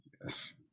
Yes